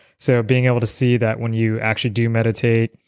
so being able to see that when you actually do meditate,